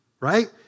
right